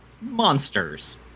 monsters